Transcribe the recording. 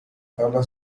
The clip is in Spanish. tabla